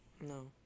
No